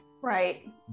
Right